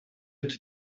эту